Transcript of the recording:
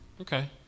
Okay